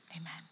Amen